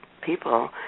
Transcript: people